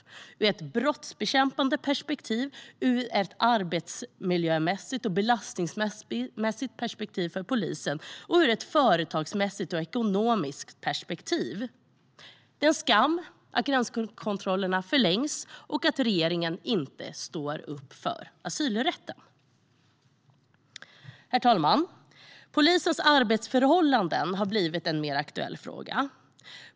Det är de ur ett brottsbekämpande perspektiv, ur ett arbetsmiljömässigt och belastningsmässigt perspektiv för polisen, och ur ett företagsmässigt och ekonomiskt perspektiv. Det är en skam att gränskontrollerna förlängs och att regeringen inte står upp för asylrätten. Herr talman! Polisens arbetsförhållanden har blivit en mer aktuell fråga.